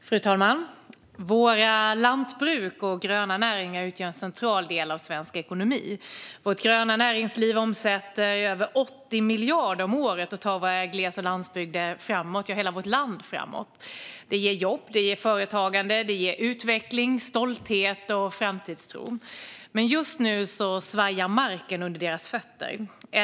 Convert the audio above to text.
Fru talman! Våra lantbruk och gröna näringar utgör en central del av svensk ekonomi. Vårt gröna näringsliv omsätter över 80 miljarder om året och tar våra glesa landsbygder - ja, hela vårt land - framåt. Det ger jobb. Det ger företagande. Det ger utveckling, stolthet och framtidstro. Men just nu svajar marken under deras fötter.